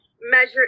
measure